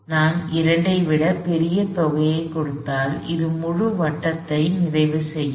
நான் 2 ஐ விட பெரிய தொகையைக் கொடுத்தால் அது முழு வட்டத்தை நிறைவு செய்யும்